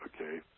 okay